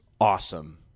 awesome